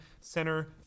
center